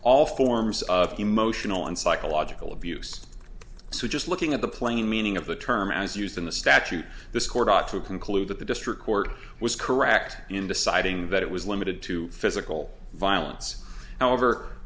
all forms of emotional and psychological abuse so just looking at the plain meaning of the term as used in the statute this court ought to conclude that the district court was correct in deciding that it was limited to physical violence however